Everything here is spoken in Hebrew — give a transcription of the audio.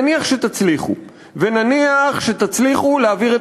נניח שתצליחו ונניח שתצליחו להעביר את